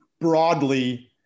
broadly